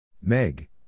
Meg